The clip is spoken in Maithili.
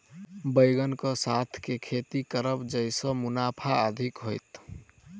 बैंगन कऽ साथ केँ खेती करब जयसँ मुनाफा अधिक हेतइ?